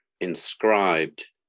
inscribed